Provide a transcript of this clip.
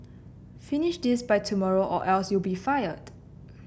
finish this by tomorrow or else you'll be fired